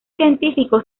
científico